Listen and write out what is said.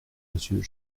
monsieur